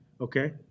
okay